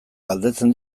galdetzen